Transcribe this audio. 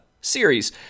series